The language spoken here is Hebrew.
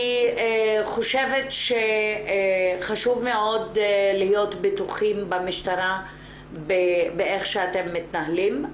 אני חושבת שחשוב מאוד להיות בטוחים במשטרה באיך שאתם מתנהלים,